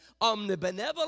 omnibenevolent